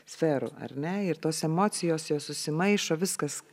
sferų ar ne ir tos emocijos jos susimaišo viskas